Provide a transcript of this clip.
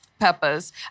Peppas